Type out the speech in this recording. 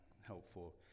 helpful